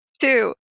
two